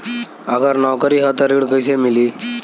अगर नौकरी ह त ऋण कैसे मिली?